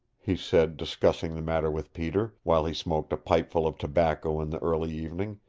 he said, discussing the matter with peter, while he smoked a pipeful of tobacco in the early evening,